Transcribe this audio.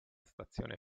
stazione